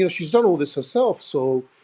yeah she's done all this herself, so,